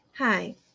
Hi